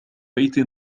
بيت